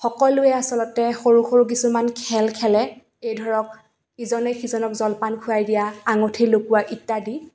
সকলোৱে আচলতে সৰু সৰু কিছুমান খেল খেলে এই ধৰক ইজনে সিজনক জলপান খুৱাই দিয়া আঙঠি লুকুওৱা ইত্যাদি